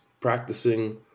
practicing